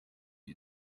you